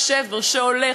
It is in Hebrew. גדל וגדל,